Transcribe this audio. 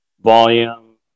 volume